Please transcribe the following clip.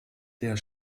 der